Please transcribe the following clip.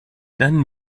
dann